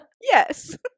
yes